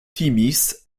timis